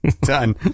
done